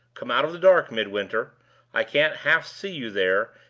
come out of the dark, midwinter i can't half see you there,